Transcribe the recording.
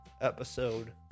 episode